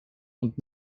und